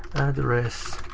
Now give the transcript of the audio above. address.